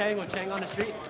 and with cheng on the street.